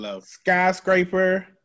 Skyscraper